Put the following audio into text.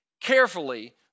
carefully